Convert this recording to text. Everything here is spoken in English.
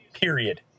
period